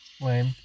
Lame